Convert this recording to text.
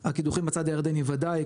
הקידוחים בצד הירדני וודאי,